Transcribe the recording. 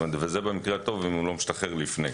וזה במקרה הטוב אם הוא לא משתחרר לפני.